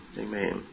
Amen